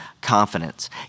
confidence